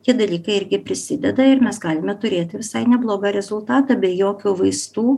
tie dalykai irgi prisideda ir mes galime turėti visai neblogą rezultatą be jokių vaistų